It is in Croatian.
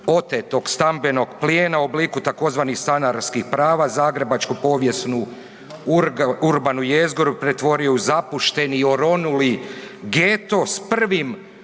otetog stambenog plijena u obliku, tzv. stanarskih prava zagrebačko povijesnu urbanu jezgru pretvorio u zapušteni i oronuli geto s prvim